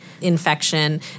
infection